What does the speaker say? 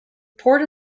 port